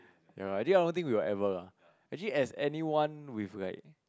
ya I think all thing will ever actually as anyone with like